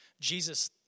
Jesus